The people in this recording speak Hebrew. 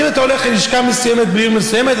אז אם אתה הולך ללשכה מסוימת בעיר מסוימת,